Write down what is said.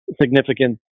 significant